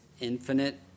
infinite